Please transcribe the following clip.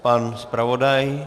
Pan zpravodaj.